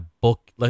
book